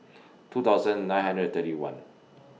two thousand nine hundred thirty one